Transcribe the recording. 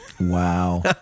Wow